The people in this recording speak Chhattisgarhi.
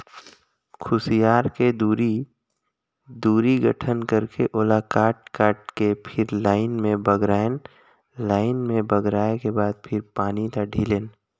खुसियार के दूरी, दूरी गठन करके ओला काट काट के फिर लाइन से बगरायन लाइन में बगराय के बाद फिर पानी ल ढिलेन